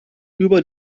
über